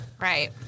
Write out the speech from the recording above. Right